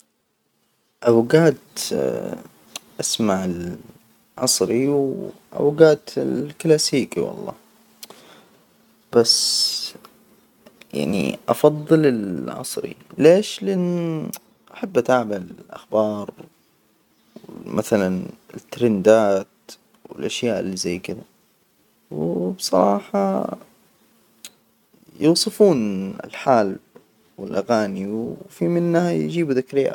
أوجات أسمع العصري وأوجات الكلاسيكي والله. بس يعني أفضل العصريه، ليش؟ لأن أحب أتابع الأخبار، مثلا التريندات والأشياء إللي زي كده وبصراحة يوصفون الحال والأغاني، وفي منها يجيبوا ذكريات.